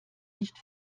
nicht